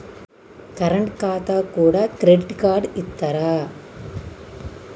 Current ఖాతాకు కూడా credit card ఇత్తరా?